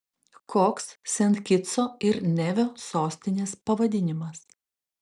koks sent kitso ir nevio sostinės pavadinimas